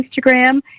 Instagram